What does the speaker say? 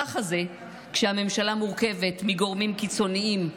ככה זה כשהממשלה מורכבת מגורמים קיצוניים,